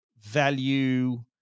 value